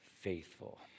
faithful